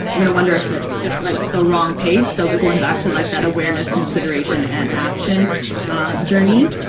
i'm gonna wonder if they're it's just like the wrong page so going back to like that awareness consideration and action journey.